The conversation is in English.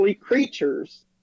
creatures